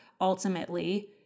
Ultimately